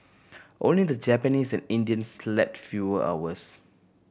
only the Japanese and Indians slept fewer hours